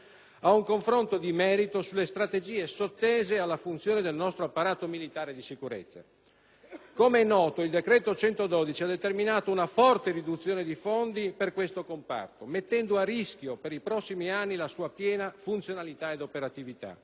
ad un confronto di merito sulle strategie sottese alla funzione del nostro apparato militare di sicurezza. Com'è noto, il decreto n. 112 ha determinato una forte riduzione di fondi per questo comparto, mettendo a rischio per i prossimi anni la sua piena funzionalità ed operatività.